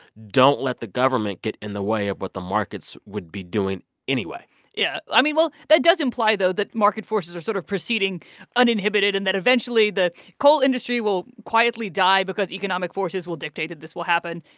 don't let the government get in the way of what the markets would be doing anyway yeah. i mean, well, that does imply, though, that market forces are sort of proceeding uninhibited and that, eventually, the coal industry will quietly die because economic forces will dictate that this will happen.